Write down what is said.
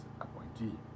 appointee